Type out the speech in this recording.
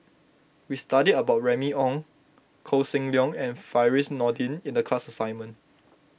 we studied about Remy Ong Koh Seng Leong and Firdaus Nordin in the class assignment